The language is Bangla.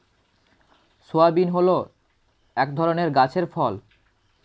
সোয়াবিন হল এক ধরনের গাছের ফল